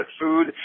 food